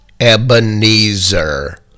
Ebenezer